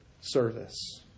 service